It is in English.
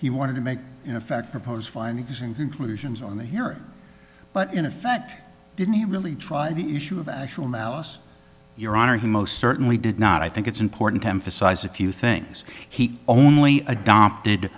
he wanted to make you know fact propose findings and conclusions on the hearing but in effect didn't really try the issue of actual malice your honor he most certainly did not i think it's important to emphasize a few things he only adopted